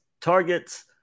targets